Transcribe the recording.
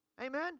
Amen